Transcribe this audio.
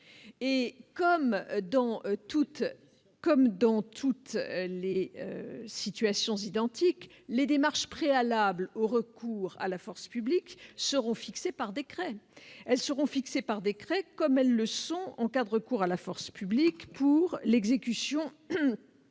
Comme dans toutes les situations identiques, les démarches préalables au recours à la force publique seront fixées par décret. Elles le seront, comme elles le sont quand il est fait recours à la force publique pour l'exécution de